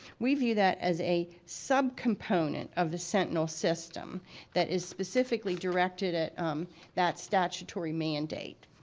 we view that as a sub component of the sentinel system that is specifically directed at that statutory mandate.